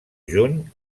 juny